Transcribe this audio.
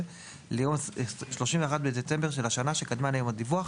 ליום ה-31 בדצמבר של השנה שקדמה ליום הדיווח,